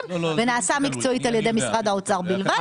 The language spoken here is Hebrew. ונעשה מקצועית על ידי משרד האוצר בלבד,